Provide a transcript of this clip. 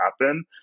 happen